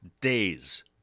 days